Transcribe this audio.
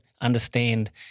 understand